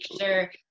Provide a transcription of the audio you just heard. sure